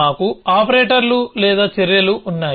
మాకు ఆపరేటర్లు లేదా చర్యలు ఉన్నాయి